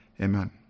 amen